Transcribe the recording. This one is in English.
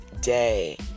day